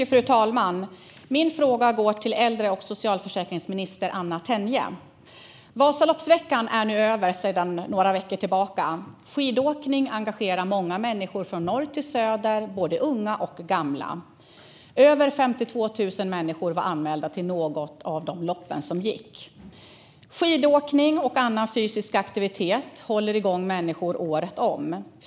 Fru talman! Min fråga går till äldre och socialförsäkringsminister Anna Tenje. Vasaloppsveckan är över sedan några veckor tillbaka. Skidåkning engagerar många människor från norr till söder, både unga och gamla. Över 52 000 människor var anmälda till något av loppen som gick. Skidåkning och annan fysisk aktivitet håller igång människor året om.